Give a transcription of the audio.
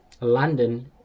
London